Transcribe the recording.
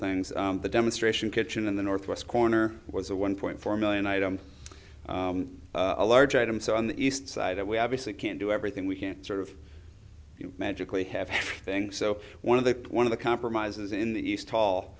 things the demonstration kitchen in the northwest corner was a one point four million item a large item so on the east side that we obviously can't do everything we can sort of magically have things so one of the one of the compromises in the east hall